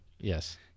Yes